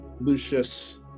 lucius